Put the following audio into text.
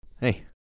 Hey